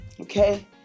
okay